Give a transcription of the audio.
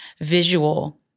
visual